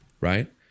right